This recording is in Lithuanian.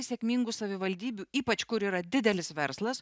sėkmingų savivaldybių ypač kur yra didelis verslas